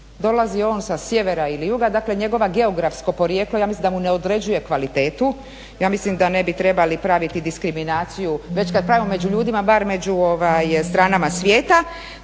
Dolazio on sa sjevera ili juga dakle njegovo geografsko porijeklo ja mislim da mu ne određuje kvalitetu. Ja mislim da ne bi trebali praviti diskriminaciju, već kad pravimo među ljudima bar među stranama svijeta,